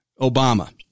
Obama